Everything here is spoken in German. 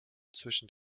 zwischen